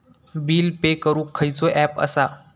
Bill pay करूक खैचो app असा?